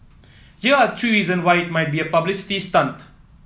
here are three reason why it might be a publicity stunt